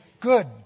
good